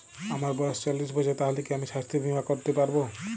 আমার বয়স চল্লিশ বছর তাহলে কি আমি সাস্থ্য বীমা করতে পারবো?